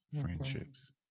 friendships